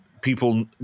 people